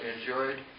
enjoyed